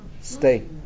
Stay